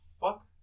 fuck